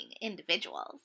individuals